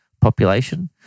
population